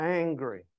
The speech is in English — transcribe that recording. angry